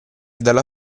dalla